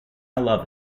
love